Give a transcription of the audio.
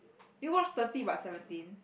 did you watch thirty but seventeen